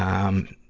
um,